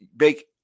make